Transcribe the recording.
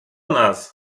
nas